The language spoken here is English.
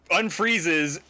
unfreezes